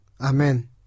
Amen